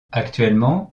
actuellement